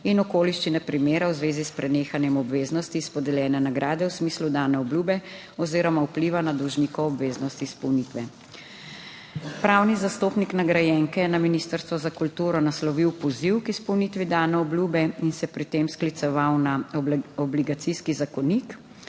in okoliščine primera v zvezi s prenehanjem obveznosti iz podeljene nagrade v smislu dane obljube oziroma vpliva na dolžnikovo obveznost izpolnitve. Pravni zastopnik nagrajenke je na Ministrstvo za kulturo naslovil poziv k izpolnitvi dane obljube in se pri tem skliceval na Obligacijski zakonik,